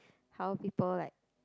how people like